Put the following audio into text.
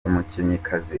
umukinnyikazi